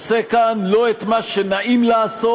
עושה כאן לא את מה שנעים לעשות,